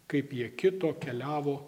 kaip jie kito keliavo